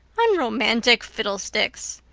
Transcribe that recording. unromantic fiddlesticks!